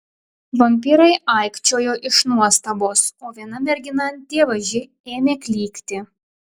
vampyrai aikčiojo iš nuostabos o viena mergina dievaži ėmė klykti